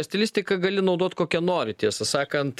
stilistiką gali naudot kokia nori tiesą sakant